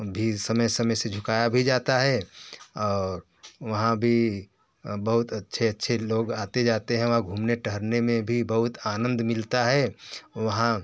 भी समय समय से झुकाया भी जाता है और वहाँ भी बहुत अच्छे अच्छे लोग आते जाते हैं वहाँ घूमने टहलने में भी बहुत आनंद मिलता है वहाँ